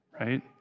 right